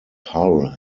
hull